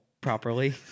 properly